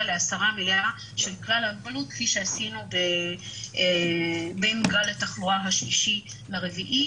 להסרה מלאה של כלל ההגבלות כפי שעשינו בין גל התחלואה השלישי לרביעי,